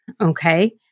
Okay